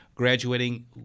graduating